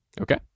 Okay